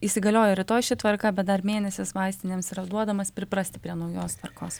įsigaliojo rytoj ši tvarka bet dar mėnesį vaistinėms yra duodamas priprasti prie naujos tvarkos